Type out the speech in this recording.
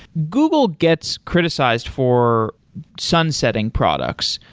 google gets criticized for sun-setting products,